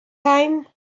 time